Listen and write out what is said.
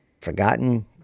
Forgotten